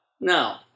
no